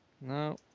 No